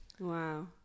Wow